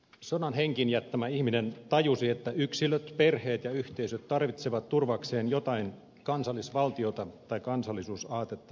sodan henkiin jättämä ihminen tajusi että yksilöt perheet ja yhteisöt tarvitsevat turvakseen jotain kansallisvaltiota tai kansallisuusaatetta suurempaa